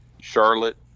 Charlotte